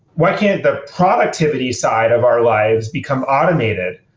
why can't the productivity side of our lives become automated,